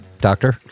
Doctor